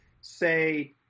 say